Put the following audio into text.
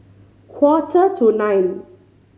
quarter to nine